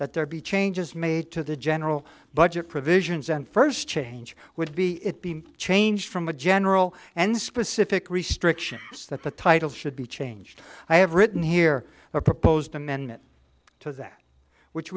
that there be changes made to the general budget provisions and first change would be it be changed from a general and specific restriction that the title should be changed i have written here or proposed amendment to that which